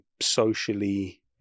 socially